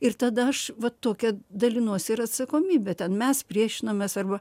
ir tada aš va tokia dalinuosi ir atsakomybe ten mes priešinomės arba